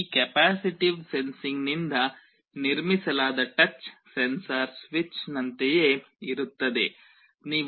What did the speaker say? ಈ ಕೆಪ್ಯಾಸಿಟಿವ್ ಸೆನ್ಸಿಂಗ್ನಿಂದ ನಿರ್ಮಿಸಲಾದ ಟಚ್ ಸೆನ್ಸಾರ್ ಸ್ವಿಚ್ನಂತೆಯೇ ಇರುತ್ತದೆ